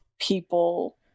people